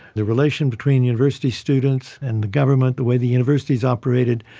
the relation between university students and the government, the way the universities operated,